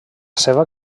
seva